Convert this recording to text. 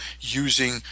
using